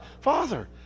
father